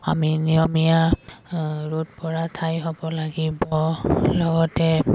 আমি নিয়মীয়া ৰ'দ পৰা ঠাই হ'ব লাগিব লগতে